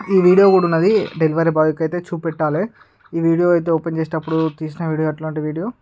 ఈ వీడియో కూడా ఉంది డెలివరీ బోయ్కు అయితే చూపెట్టాలి ఈ వీడియో అయితే ఓపెన్ చేసేటప్పుడు తీసినా వీడియో అట్లాంటి వీడియో